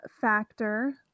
factor